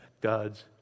God's